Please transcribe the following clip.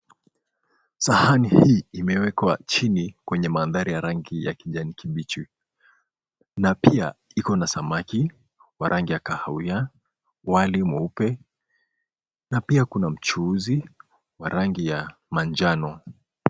Sahani hii imewekwa chini kwenye mandhari ya rangi ya kijani kibichi. Na pia iko na samaki wa rangi ya kahawia, wali mweupe na pia kuna mchuzi wa rangi ya manjano.